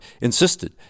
insisted